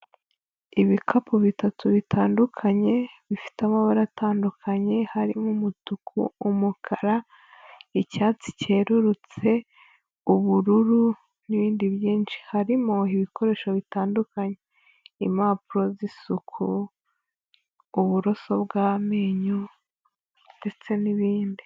Ibikapu bitatu bitandukanye, bifite amabara atandukanye, harimo umutuku, umukara, icyatsi cyerurutse, ubururu n'ibindi byinshi. Harimo ibikoresho bitandukanye, impapuro z'isuku, uburoso bw'amenyo ndetse n'ibindi.